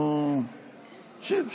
שב.